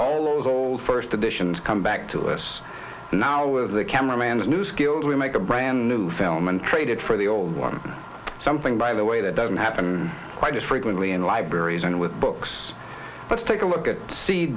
all those old first editions come back to us now with a camera man a new skills we make a brand new film and trade it for the old one something by the way that doesn't happen quite frequently in libraries and with books let's take a look at se